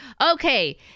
Okay